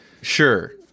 Sure